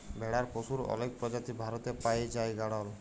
ভেড়ার পশুর অলেক প্রজাতি ভারতে পাই জাই গাড়ল